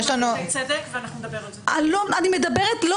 אני מדברת,